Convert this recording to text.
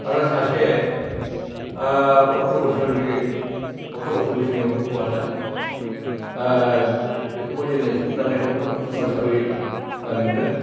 आरो सासे अट्र बोसोरनि अट्र बोसोर बैसोनि हौवासा बेखौबो जोङो सिफुं दामनायखौ खोब स्मार्ट हिसाबै नुदों